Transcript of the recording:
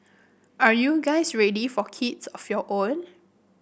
are you guys ready for kids of your own